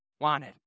wanted